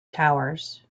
towers